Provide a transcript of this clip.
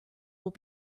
will